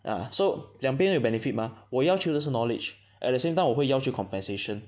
ya so 两边会 benefit mah 我要求的是 knowledge at the same time 我会要求 compensation